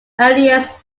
earliest